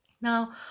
Now